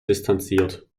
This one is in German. distanziert